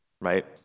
Right